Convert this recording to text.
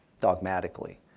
dogmatically